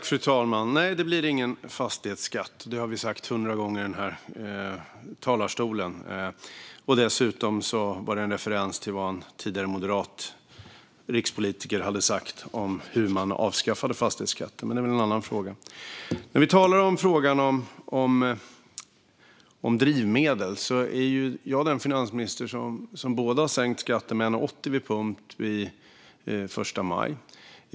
Fru talman! Nej, det blir ingen fastighetsskatt. Det har vi sagt hundra gånger i den här talarstolen. Dessutom var det en referens till vad en tidigare moderat rikspolitiker hade sagt om hur man avskaffade fastighetsskatten. Men det är en annan fråga. När vi talar om frågan om drivmedel är jag den finansminister som har sänkt skatten med 1,80 vid pump den 1 maj.